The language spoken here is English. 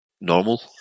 normal